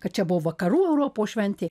kad čia buvo vakarų europos šventė